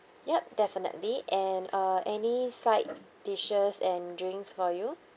yup definitely and uh any side dishes and drinks for you